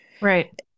Right